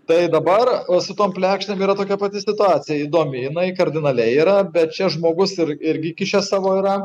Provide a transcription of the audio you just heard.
tai dabar su tom plekšnėm yra tokia pati situacija įdomi jinai kardinaliai yra bet čia žmogus ir irgi įkišęs savo yra